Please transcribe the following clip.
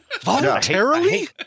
voluntarily